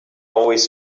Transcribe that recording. always